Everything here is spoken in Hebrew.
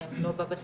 שהם לא בבסיס,